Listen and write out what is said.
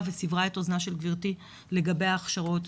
וסברה את אוזנה של גברתי לגבי ההכשרות,